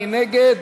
מי נגד?